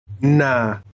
Nah